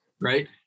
Right